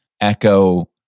echo